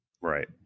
Right